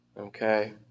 Okay